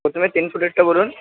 প্রথমে তিন ফুটেরটা বলুন